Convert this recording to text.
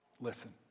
Listen